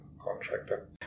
contractor